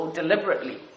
deliberately